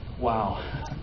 Wow